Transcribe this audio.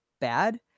bad